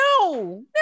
No